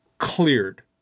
Cleared